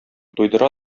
туйдыра